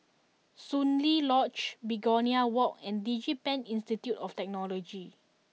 Soon Lee Lodge Begonia Walk and DigiPen Institute of Technology